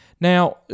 Now